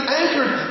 anchored